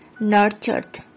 nurtured